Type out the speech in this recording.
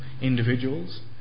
individuals